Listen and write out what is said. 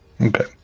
Okay